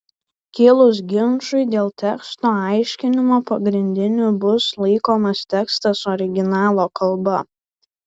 kilus ginčui dėl teksto aiškinimo pagrindiniu bus laikomas tekstas originalo kalba